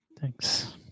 Thanks